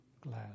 glad